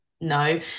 No